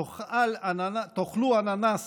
תאכלו אננס